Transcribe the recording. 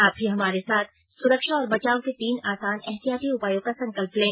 आप भी हमारे साथ सुरक्षा और बचाव के तीन आसान एहतियाती उपायों का संकल्प लें